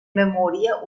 memoria